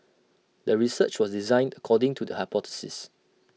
the research was designed according to the hypothesis